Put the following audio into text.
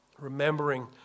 Remembering